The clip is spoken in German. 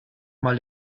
mal